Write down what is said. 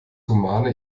humane